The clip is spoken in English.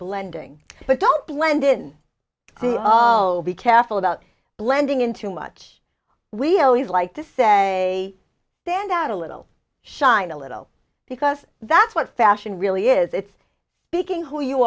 blending but don't blend in oh be careful about blending in too much we always like to say stand out a little shine a little because that's what fashion really is it's picking who you